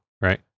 Right